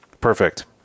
Perfect